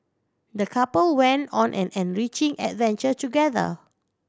the couple went on an enriching adventure together